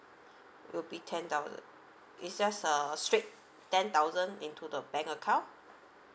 it will be ten thousand it's just err straight ten thousand into the bank account